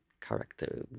character